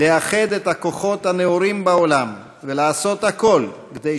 לאחד את הכוחות הנאורים בעולם ולעשות הכול כדי